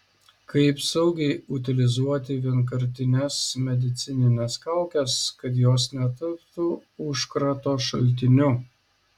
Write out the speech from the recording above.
kaip saugiai utilizuoti vienkartines medicinines kaukes kad jos netaptų užkrato šaltiniu